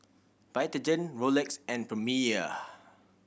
Vitagen Rolex and Premier